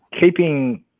keeping